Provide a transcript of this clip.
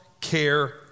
care